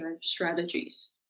strategies